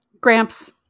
Gramps